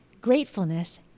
Gratefulness